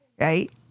right